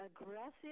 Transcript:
aggressive